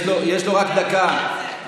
יש לו רק דקה,